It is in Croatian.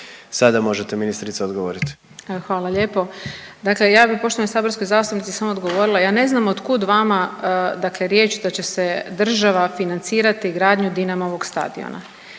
**Brnjac, Nikolina (HDZ)** Evo hvala lijepo. Dakle ja bi poštovanoj saborskoj zastupnici samo odgovorila ja ne znam otkud vama dakle riječ da će se država financirati gradnju Dinamovog stadiona.